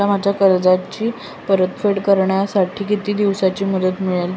मला माझ्या कर्जाची परतफेड करण्यासाठी किती दिवसांची मुदत मिळेल?